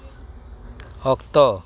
ᱚᱠᱛᱚ